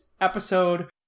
episode